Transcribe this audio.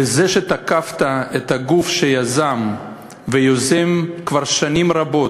בזה שתקפת את הגוף שיזם ויוזם כבר שנים רבות,